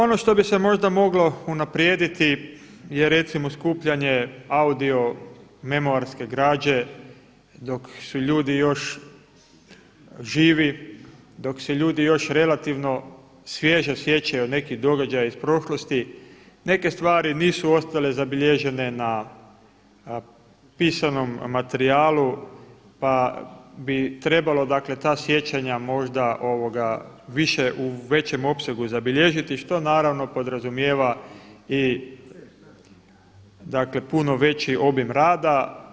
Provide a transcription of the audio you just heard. Ono što bi se možda moglo unaprijediti je recimo skupljanje audio memoarske građe dok su ljudi još živi, dok se ljudi još relativno svježe sjećaju nekih događaja iz prošlosti, neke stvari nisu ostale zabilježene na pisanom materijalu pa bi trebalo ta sjećanja možda više u većem opsegu zabilježiti, što naravno podrazumijeva puno veći obim rada.